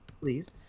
Please